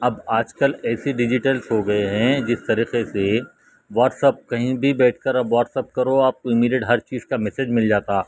اب آج کل ایسے ڈیجیٹلس ہوگئے ہیں جس طریقے سے واٹس ایپ کہیں بھی بیٹھ کر اب واٹس ایپ کرو آپ امیڈیٹ ہر چیز کا میسیج مل جاتا